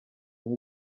nk’u